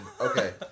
Okay